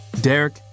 Derek